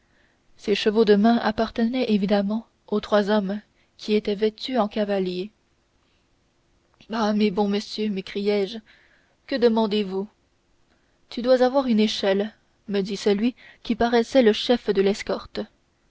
ces chevaux de main appartenaient évidemment aux trois hommes qui étaient vêtus en cavaliers ah mes bons messieurs m'écriai-je que demandez-vous tu dois avoir une échelle me dit celui qui paraissait le chef de l'escorte